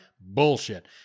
Bullshit